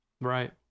Right